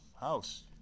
house